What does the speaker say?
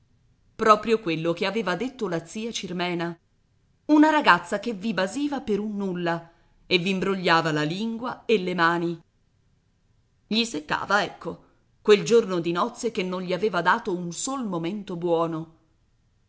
proprio quello che aveva detto la zia cirmena una ragazza che vi basiva per un nulla e v'imbrogliava la lingua e le mani gli seccava ecco quel giorno di nozze che non gli aveva dato un sol momento buono